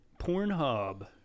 Pornhub